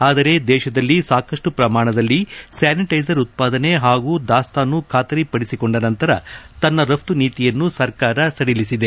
ಆದರೆ ದೇಶದಲ್ಲಿ ಸಾಕಷ್ಟು ಪ್ರಮಾಣದಲ್ಲಿ ಸ್ಯಾನಿಟ್ಟೆಸರ್ ಉತ್ಪಾದನೆ ಹಾಗೂ ದಾಸ್ತಾನು ಖಾತರಿಪಡಿಸಿಕೊಂಡ ನಂತರ ತನ್ನ ರಫ್ತು ನೀತಿಯನ್ನು ಸರ್ಕಾರ ಸದಿಲಿಸಿದೆ